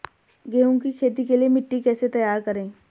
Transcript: गेहूँ की खेती के लिए मिट्टी कैसे तैयार करें?